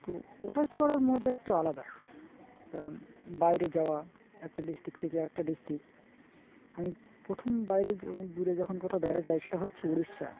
তো ওটায় চড়ার মজা একটু আলাদা কারণ বাইরে যাওয়া একটা ডিস্ট্রিক্ট থেকে একটা ডিস্ট্রিক্ট আমি প্রথম বাইরে যখো দূরে যখন কোথাও বেড়াতে যাই সেটা হচ্ছে উড়িষ্যা